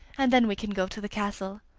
and then we can go to the castle.